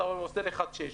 אתה עושה ל-1-6.